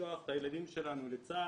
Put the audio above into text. לשלוח את הילדים שלנו לצה"ל.